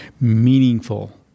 meaningful